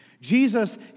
Jesus